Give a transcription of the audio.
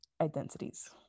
identities